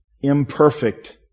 imperfect